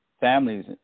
families